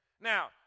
Now